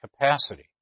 capacity